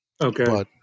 Okay